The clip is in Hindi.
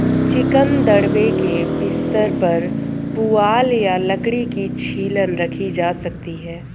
चिकन दड़बे के बिस्तर पर पुआल या लकड़ी की छीलन रखी जा सकती है